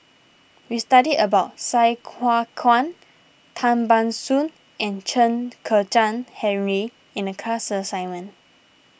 we studied about Sai Hua Kuan Tan Ban Soon and Chen Kezhan Henri in the class assignment